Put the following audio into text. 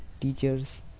teachers